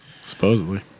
Supposedly